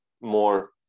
more